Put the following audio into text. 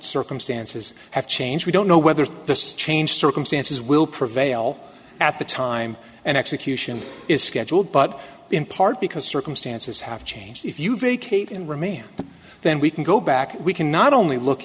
circumstances have changed we don't know whether the change circumstances will prevail at the time an execution is scheduled but in part because circumstances have changed if you vacate and remand then we can go back we can not only look